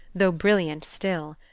though brilliant still.